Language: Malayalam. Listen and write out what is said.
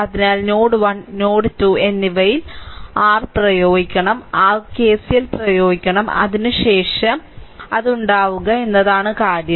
അതിനാൽ നോഡ് 1 നോഡ് 2 എന്നിവയിൽ r പ്രയോഗിക്കണം r KCL പ്രയോഗിക്കണം അതിനുശേഷം അത് ഉണ്ടാക്കുക എന്നതാണ് കാര്യം